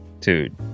Dude